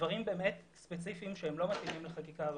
דברים שלא מתאימים לחקיקה הראשית.